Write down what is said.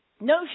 No